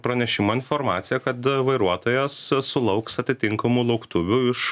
pranešimą informaciją kad vairuotojas sulauks atitinkamų lauktuvių iš